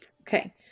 Okay